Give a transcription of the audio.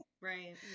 Right